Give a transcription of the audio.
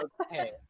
Okay